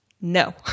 No